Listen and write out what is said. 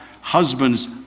Husbands